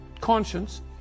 conscience